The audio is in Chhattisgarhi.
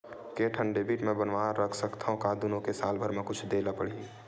के ठन डेबिट मैं बनवा रख सकथव? का दुनो के साल भर मा कुछ दे ला पड़ही?